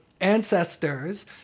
ancestors